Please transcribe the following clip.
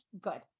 good